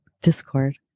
Discord